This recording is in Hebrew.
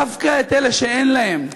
דווקא את אלה שאין להם,